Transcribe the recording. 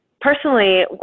personally